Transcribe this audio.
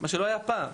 מה שלא היה פעם.